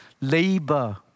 labor